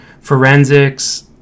forensics